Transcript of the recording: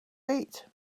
eat